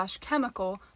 chemical